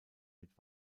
mit